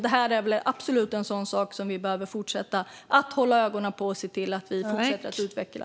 Detta är absolut en sak som vi behöver fortsätta att hålla ögonen på och utveckla.